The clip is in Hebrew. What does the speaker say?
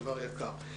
טוב,